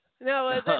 No